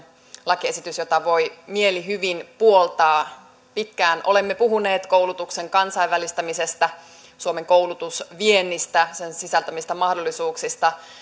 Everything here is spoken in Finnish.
lakiesitys jota voi mielihyvin puoltaa pitkään olemme puhuneet koulutuksen kansainvälistämisestä suomen koulutusviennistä sen sisältämistä mahdollisuuksista